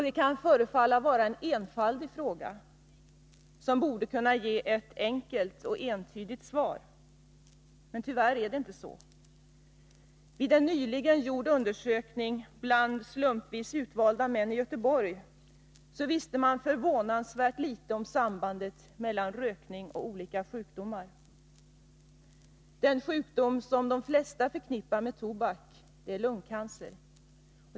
Det kan förefalla vara en enfaldig fråga, som borde kunna besvaras enkelt och entydigt. Men tyvärr är det inte så. Vid en nyligen gjord undersökning bland slumpvis utvalda män i Göteborg kunde man konstatera att dessa visste förvånansvärt litet om sambandet mellan rökning och olika sjukdomar. Den sjukdom som de flesta förknippar med tobaksbruk är lungcancer.